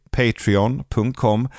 patreon.com